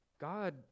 God